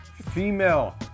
Female